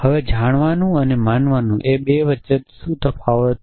હવે જાણવાનું અને માનવાનું એ બે વચ્ચે શું તફાવત છે